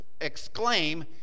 exclaim